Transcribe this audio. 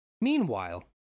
Meanwhile